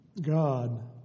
God